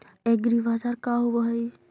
एग्रीबाजार का होव हइ?